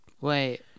Wait